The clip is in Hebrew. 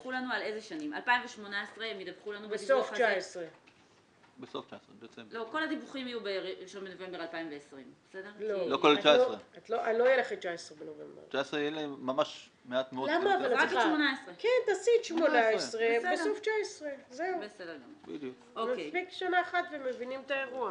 ידווחו לנו על 2018 --- בסוף 19. כל הדיווחים יהיו ב-1 לנובמבר 2020. לא כולל 19. תעשי את 18 ובסוף 19. מספיק שנה אחת ומבינים את האירוע.